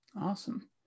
Awesome